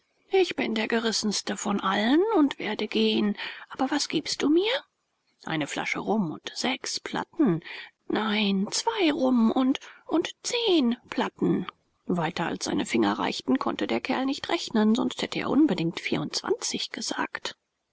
ich bin der gerissenste von allen und werde gehen aber was gibst du mir eine flasche rum und sechs platten nein zwei rum und und zehn platten weiter als seine finger reichten konnte der kerl nicht rechnen sonst hätte er unbedingt vierundzwanzig gesagt